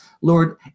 Lord